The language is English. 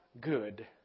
good